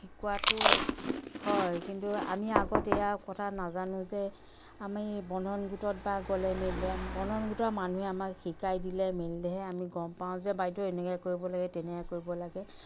শিকোৱাতো হয় কিন্তু আমি আগত এয়া কথা নাজানো যে আমি বন্ধন গোটত বা গ'লে মেলিলে বন্ধন গোটৰ মানুহে আমাক শিকাই দিলে মেলিলেহে আমি গম পাওঁ যে বাইদেউ এনেকৈ কৰিব লাগে তেনেকৈ কৰিব লাগে